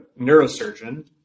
neurosurgeon